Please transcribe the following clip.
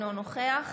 אינו נוכח